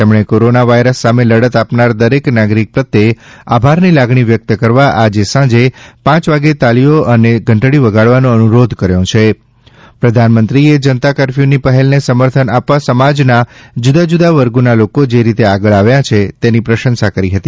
તમ્રણા corona virus સામ લડત આપનાર દરેક નાગરિક પ્રત્ય આભારની લાગણી વ્યક્ત કરવા આજે સાંજે પાંચ વાગ તાળીઓ અન ઘંટડી વગાડવાનો અનુરોધ કર્યો છી પ્રધાનમંત્રીએ જનતા કરફ્યુની પહેલની સમર્થન આપવા સમાજના જુદા જુદા વર્ગોના લોકો જે રીતાઆગળ આવ્યા છાતન્ની પ્રશંસા કરી હતી